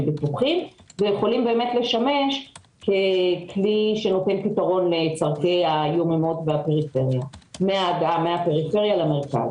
בטוחים ויכולים לשמש ככלי שנותן פתרון לצורכי הבאים מהפריפריה למרכז.